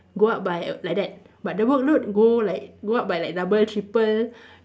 go up by like that but the workload go like go up by like double triple